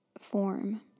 form